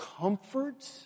comfort